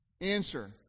Answer